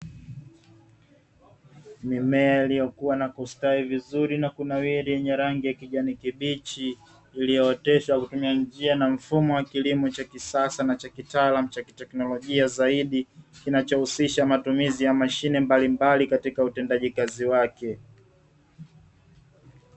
Mimea iliyokuwa na kustawi vizuri na kunawili yenye rangi ya kijani kibichi iliyooteshwa kwa kutumia njia na mfumo wa kilimo cha kisasa na cha kitaalamu zaidi, kinachohusisha matumizi ya mashine mbalimbali katika utendaji kazi wake.